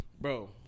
bro